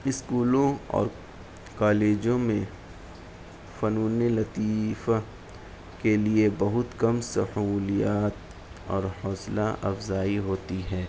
اسکولوں اور کالجوں میں فنون لطیفہ کے لیے بہت کم سہولیات اور حوصلہ افزائی ہوتی ہے